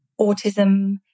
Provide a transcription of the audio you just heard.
autism